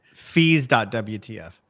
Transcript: fees.wtf